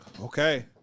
Okay